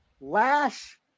Lash